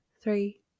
three